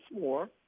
more